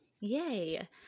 Yay